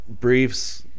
Briefs